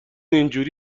اینجوری